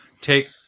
take